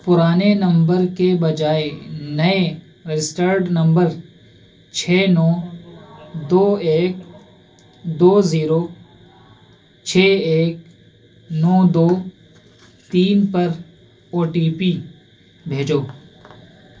پرانے نمبر کے بجائے نئے رجسٹرڈ نمبر چھ نو دو ایک دو زیرو چھ ایک نو دو تین پر او ٹی پی بھیجو